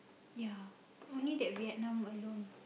ya only that Vietnam I don't